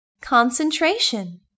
Concentration